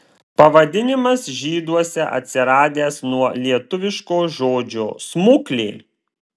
pavadinimas žyduose atsiradęs nuo lietuviško žodžio smuklė